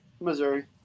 Missouri